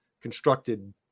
constructed